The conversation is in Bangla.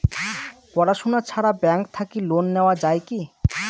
পড়াশুনা ছাড়া ব্যাংক থাকি লোন নেওয়া যায় কি?